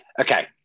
Okay